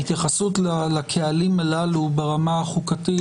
ההתייחסות לקהלים הללו ברמה החוקתית,